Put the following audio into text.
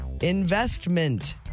investment